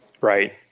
right